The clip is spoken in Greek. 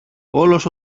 όλος